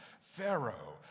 Pharaoh